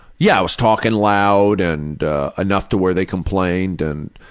yeah, i was talking loud, and enough to where they complained and,